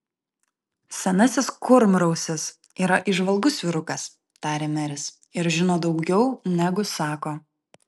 senasis kurmrausis yra įžvalgus vyrukas tarė meris ir žino daugiau negu sako